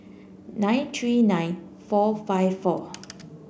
nine three nine four five four